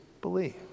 believe